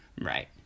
Right